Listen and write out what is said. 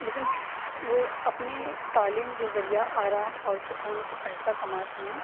لیکن وہ اپنی تعلیم کے ذریعہ آرام اور سکون سے پیسہ کماتے ہیں